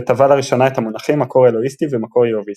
וטבע לראשונה את המונחים "מקור אלוהיסטי" ו"מקור יהוויסטי".